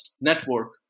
Network